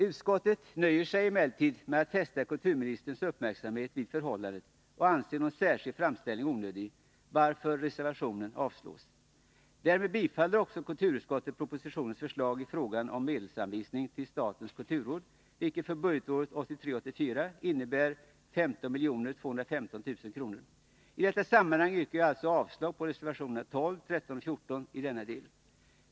Utskottet nöjer sig emellertid med att fästa kulturministerns uppmärksamhet på förhållandet och anser någon särskild framställning onödig, varför reservationen avstyrks. Därmed tillstyrker också kulturutskottet propositionens förslag om medelsanvisning till statens kulturråd, vilket för budgetåret 1983/84 innebär 15 215 000 kr. I detta sammanhang yrkar jag alltså avslag på reservationerna 12, 13 och 14 i denna del.